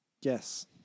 Yes